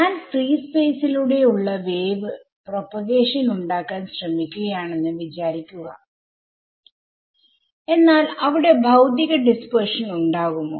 ഞാൻ ഫ്രീ സ്പേസിലൂടെ ഉള്ള വേവ് പ്രൊപോഗേഷൻ ഉണ്ടാക്കാൻ ശ്രമിക്കുകയാണെന്ന് വിചാരിക്കുക എന്നാൽ അവിടെ ഭൌതിക ഡിസ്പെർഷൻ ഉണ്ടാകുമോ